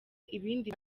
ibindi